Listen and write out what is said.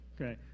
Okay